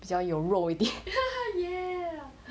比较有肉一点